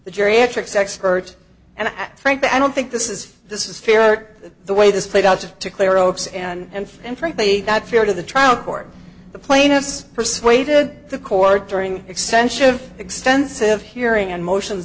the geriatrics expert and frankly i don't think this is this is fair the way this played out just to clear oaks and and frankly not fair to the trial court the plaintiffs persuaded the court during extension of extensive hearing and motions